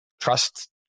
trust